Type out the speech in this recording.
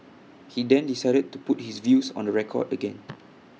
he then decided to put his views on the record again